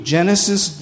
Genesis